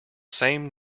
same